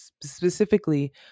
specifically